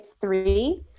three